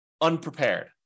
unprepared